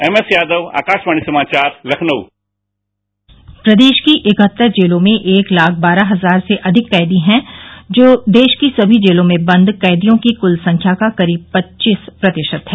M S Yadav Akashvani समाचार लखनऊ प्रदेश की इकहत्तर जेलों में एक लाख बारह हजार से अधिक कैदी हैं जो देश की सभी जेलों में बंद कैदियों की कुल संख्या का करीब पच्चीस प्रतिशत है